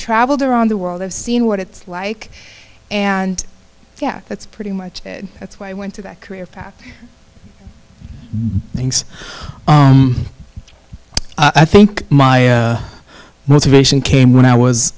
traveled around the world i've seen what it's like and yeah that's pretty much that's why i went to that career path things i think my motivation came when i was